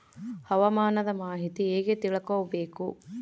ಹವಾಮಾನದ ಮಾಹಿತಿ ಹೇಗೆ ತಿಳಕೊಬೇಕು?